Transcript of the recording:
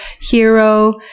hero